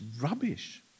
rubbish